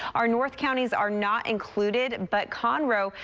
our north counties are not included, but conroe,